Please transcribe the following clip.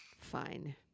Fine